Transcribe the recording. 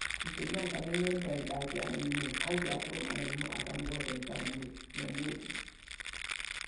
ti sum nam ka min neen Payinɗai ti anangimu, anki a Parum anangimu atamgu waton kan nkoro yamb wok mu.